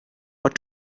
what